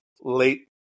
late